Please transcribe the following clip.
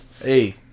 Hey